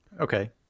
okay